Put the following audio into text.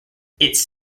its